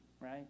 right